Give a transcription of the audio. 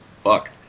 fuck